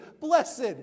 Blessed